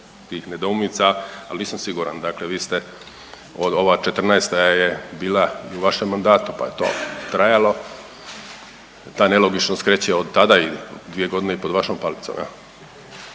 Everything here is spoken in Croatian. tih nedoumica, ali nisam siguran. Dakle vi ste od ova '14. je bila i u vašem mandatu pa je to trajalo, ta nelogičnost kreće od tada i dvije godine i pod vašom palicom,